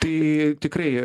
tai tikrai